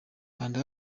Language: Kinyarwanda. kanda